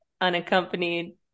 unaccompanied